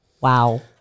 wow